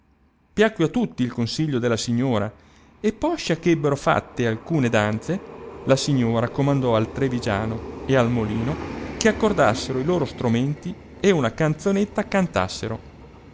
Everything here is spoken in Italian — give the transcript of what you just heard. piacque a tutti il consiglio della signora e poscia ch'ebbero fatte alcune danze la signora comandò al trevigiano e al molino che accordassero i loro stromenti e una canzonetta cantassero